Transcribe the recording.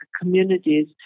communities